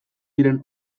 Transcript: diren